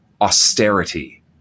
austerity